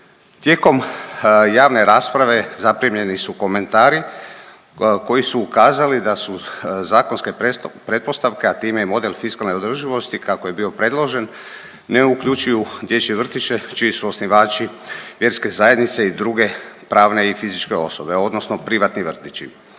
Tijekom javne rasprave zaprimljeni su komentari koji su ukazali da su zakonske pretpostavke, a time i model fiskalne održivosti kako je bio predložen ne uključuju dječje vrtiće čiji su osnivači vjerske zajednice i druge pravne i fizičke osobe odnosno privatni vrtići.